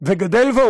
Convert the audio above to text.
והולך וגדל,